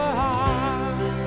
heart